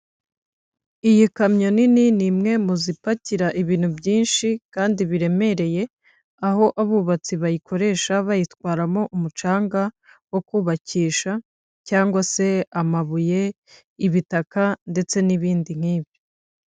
Iyi kamyo nini ni imwe mu zipakira ibintu byinshi kandi biremereye, aho abubatsi bayikoresha bayitwaramo umucanga wo kubakisha cyangwa se amabuye, ibitaka ndetse n'ibindi nk'ibyo.